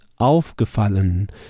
aufgefallen